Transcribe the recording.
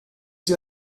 sie